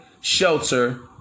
shelter